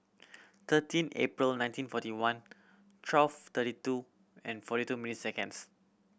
thirteen April nineteen forty one twelve thirty two and forty two minutes seconds